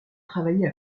travailler